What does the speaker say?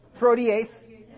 Protease